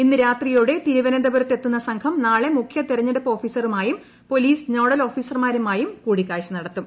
ഇന്ന് രാത്രിയോടെ തിരുവനന്തപുരത്തെത്തുന്ന സംഘം നാളെ മുഖ്യ തിരഞ്ഞെടുപ്പ് ഓഫീസറുമായും പൊലീസ് നോഡൽ ഓഫീസർമായും കൂടിക്കാഴ്ച നടത്തും